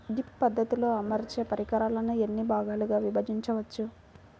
Drip పద్ధతిలో అమర్చే పరికరాలను ఎన్ని భాగాలుగా విభజించవచ్చు?